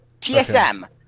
TSM